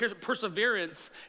perseverance